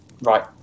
Right